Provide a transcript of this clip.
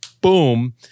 boom